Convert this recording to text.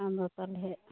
ᱟᱫᱚ ᱛᱟᱦᱚᱞᱮ